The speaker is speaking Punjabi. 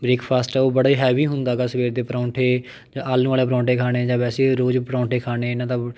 ਬ੍ਰੇਕਫਾਸਟ ਆ ਉਹ ਬੜੇ ਹੈਵੀ ਹੁੰਦਾ ਗਾ ਸਵੇਰ ਦੇ ਪਰੌਂਠੇ ਜਾਂ ਆਲੂ ਵਾਲੇ ਪਰੌਂਠੇ ਖਾਣੇ ਜਾਂ ਵੈਸੇ ਰੋਜ਼ ਪਰੌਂਠੇ ਖਾਣੇ ਇਹਨਾਂ ਦਾ